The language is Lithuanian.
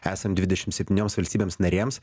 esam dvidešim septynioms valstybėms narėms